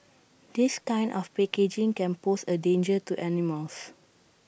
this kind of packaging can pose A danger to animals